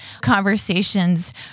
conversations